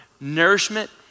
nourishment